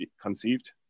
conceived